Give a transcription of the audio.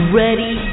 ready